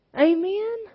Amen